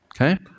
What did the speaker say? Okay